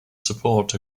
support